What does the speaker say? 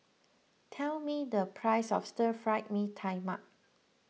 tell me the price of Stir Fry Mee Tai Mak